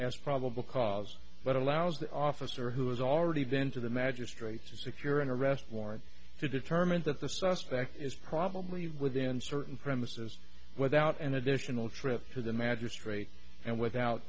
as probable cause but allows the officer who has already been to the magistrate to secure an arrest warrant to determine that the suspect is probably within certain premises without an additional trip to the magistrate and without